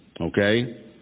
Okay